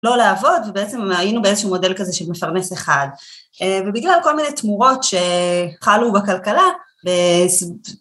לא לעבוד ובעצם היינו באיזשהו מודל כזה שמפרנס אחד, ובגלל כל מיני תמורות שתחלו בכלכלה